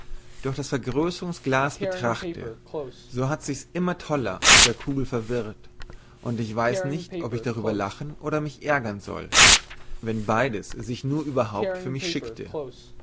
durch das vergrößerungsglas betrachte so hat sich's immer toller auf der kugel verwirrt und ich weiß nicht ob ich darüber lachen oder mich ärgern soll wenn beides sich nur überhaupt für mich schickte